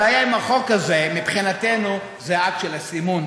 הבעיה עם החוק הזה מבחינתנו זה האקט של הסימון,